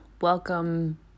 welcome